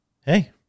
hey